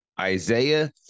Isaiah